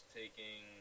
taking